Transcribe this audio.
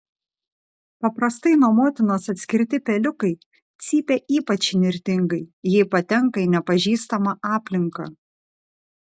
paprastai nuo motinos atskirti peliukai cypia ypač įnirtingai jei patenka į nepažįstamą aplinką